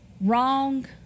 wrong